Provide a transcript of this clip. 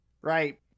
Right